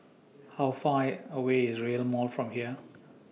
How Far away IS Rail Mall from here